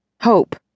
Hope